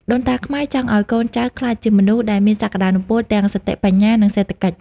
ដូនតាខ្មែរចង់ឱ្យកូនចៅក្លាយជាមនុស្សដែលមានសក្តានុពលទាំងសតិបញ្ញា និងសេដ្ឋកិច្ច។